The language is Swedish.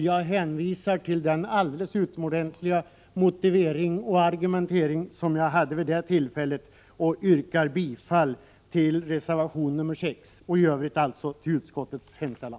Jag hänvisar till den alldeles utomordentliga motivering och argumentering som jag hade vid det tillfället och yrkar bifall till reservation nr 6 samt i övrigt till utskottets hemställan.